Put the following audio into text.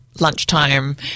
lunchtime